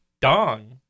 dong